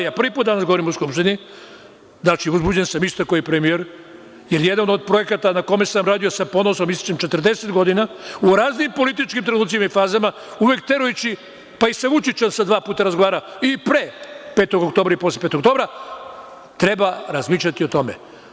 Ja prvi put danas govorim u Skupštini, znači uzbuđen sam isto kao i premijer, jer jedan od projekata koji sam radio, sa ponosom ističem, 40 godina, u raznim političkim trenucima i fazama, uvek terajući, pa i sa Vučićem sam dva puta razgovarao i pre 5. oktobra i posle 5. oktobra, treba razmišljati o tome.